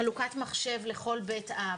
גבירתי, והוא חלוקת מחשב לכל בית אב.